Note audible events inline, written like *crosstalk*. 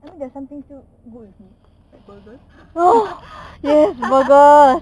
I mean there is something still good with meat like burgers *laughs*